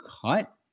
cut